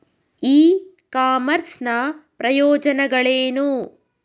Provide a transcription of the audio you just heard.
E commerce ನ ಪ್ರಯೋಜನಗಳೇನು?